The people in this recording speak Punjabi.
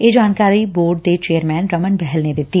ਇਹ ਜਾਣਕਾਰੀ ਬੋਰਡ ਦੇ ਚੇਅਰਸੈਨ ਰਮਨ ਬਹਿਲ ਨੇ ਦਿੱਤੀ